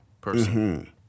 person